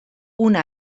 una